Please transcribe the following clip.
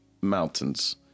mountains